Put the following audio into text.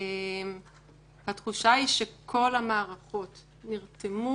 התחושה היא שכלל המערכות נרתמו